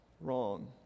wrong